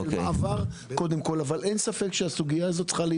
אבל אין ספק שהסוגייה הזו צריכה להיות